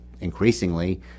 increasingly